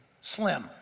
slim